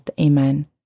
Amen